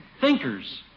Thinkers